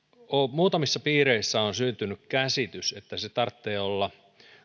muutamissa piireissä on syntynyt käsitys että sen tarvitsee olla